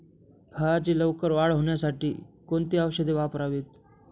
फळाची लवकर वाढ होण्यासाठी कोणती औषधे वापरावीत?